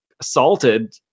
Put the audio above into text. assaulted